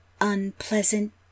unpleasant